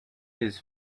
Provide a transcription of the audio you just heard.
his